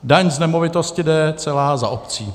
Daň z nemovitosti jde celá za obcí.